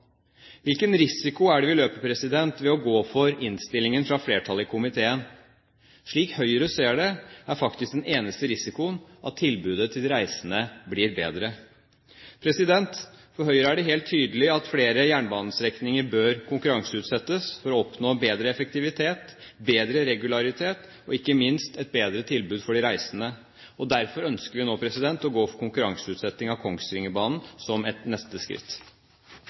Hvilken risiko er det vi løper ved å gå for innstillingen fra flertallet i komiteen? Slik Høyre ser det, er faktisk den eneste risikoen at tilbudet til de reisende blir bedre. For Høyre er det helt tydelig at flere jernbanestrekninger bør konkurranseutsettes for å oppnå bedre effektivitet, bedre regularitet og ikke minst et bedre tilbud for de reisende. Derfor ønsker vi nå å gå for konkurranseutsetting av Kongsvingerbanen som et neste skritt.